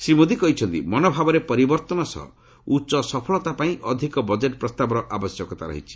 ଶ୍ରୀ ମୋଦି କହିଛନ୍ତି ମନୋଭାବରେ ପରିବର୍ତ୍ତନ ସହ ଉଚ୍ଚ ସଫଳତା ପାଇଁ ଅଧିକ ବଜେଟ୍ ପ୍ରସ୍ତାବର ଆବଶ୍ୟକତା ରହିଛି